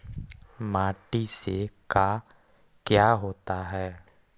माटी से का क्या होता है?